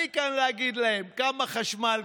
אני כאן להגיד להם כמה חשמל,